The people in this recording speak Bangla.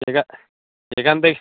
এখা এখান থেকে